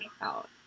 out